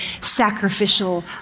sacrificial